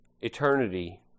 eternity